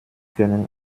können